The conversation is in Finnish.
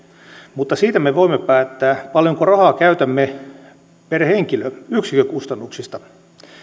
mutta siitä me voimme päättää paljonko rahaa käytämme per henkilö yksikkökustannuksista